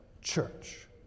Church